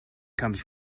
comes